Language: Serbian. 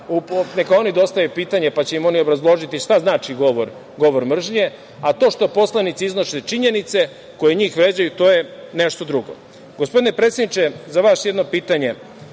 neka dostave pitanje, pa će im oni obrazložiti šta znači govor mržnje. To što poslanici iznose činjenice koje njih vređaju, to je nešto